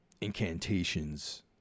incantations